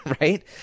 right